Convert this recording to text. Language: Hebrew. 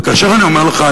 וכאשר אני אומר לך,